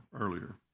earlier